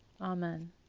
Amen